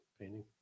painting